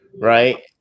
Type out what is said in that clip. right